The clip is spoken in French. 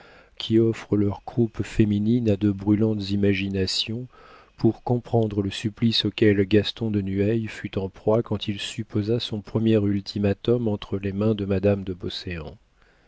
qui offrent leur croupe féminine à de brûlantes imaginations pour comprendre le supplice auquel gaston de nueil fut en proie quand il supposa son premier ultimatum entre les mains de